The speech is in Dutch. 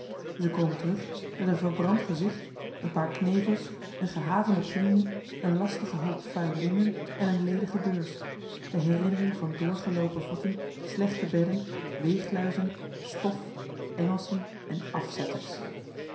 zij komen terug met een verbrand gezicht een paar knevels een gehavende plunje een lastigen hoop vuil linnen en een ledige beurs de herinnering van doorgeloopen voeten slechte bedden weegluizen stof engelschen en afzetters